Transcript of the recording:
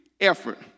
effort